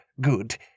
good